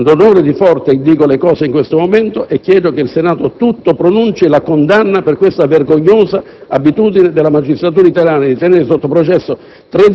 del senatore Forte, dico ciò in questo momento e chiedo che il Senato tutto pronunci la condanna per questa vergognosa abitudine della magistratura italiana di tenere sotto processo